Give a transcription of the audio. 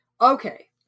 Okay